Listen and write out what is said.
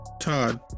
Todd